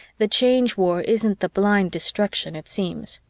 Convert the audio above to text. the change war isn't the blind destruction it seems.